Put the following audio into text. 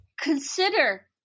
consider